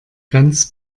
ganz